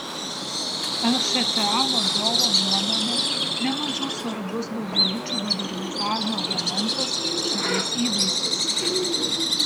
lšta vadovo nuomone ne mažiau svarbus daugiabučių modernizavimo elementas šalies įvaizdis